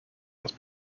has